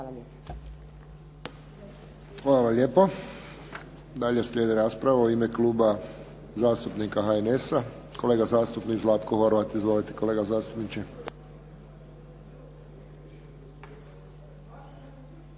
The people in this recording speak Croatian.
Hvala vam lijepa